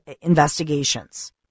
investigations